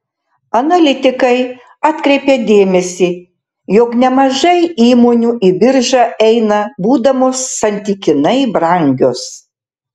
analitikai atkreipia dėmesį jog nemažai įmonių į biržą eina būdamos santykinai brangios